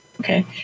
okay